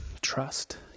trust